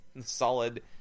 solid